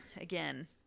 again